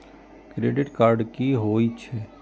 Credit card की होई छै?